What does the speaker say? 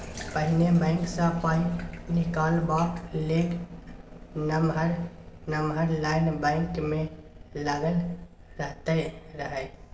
पहिने बैंक सँ पाइ निकालबाक लेल नमहर नमहर लाइन बैंक मे लागल रहैत रहय